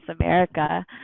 america